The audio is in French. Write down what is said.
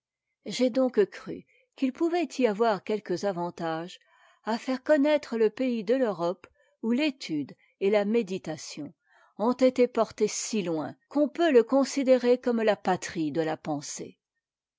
j'ai donc cru qu'il pouvait y avoir quelques avantages à faire connaitre le pays de l'europe où l'étude et la méditation ont été portées si loin qu'on peut le considérer comme la patrie de la pensée